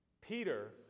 Peter